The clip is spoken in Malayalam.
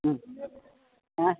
മ് ആ